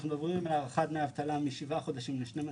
אנחנו מדברים על הארכת דמי אבטלה משבעה חודשים ל-12 חודשים.